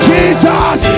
Jesus